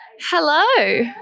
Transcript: Hello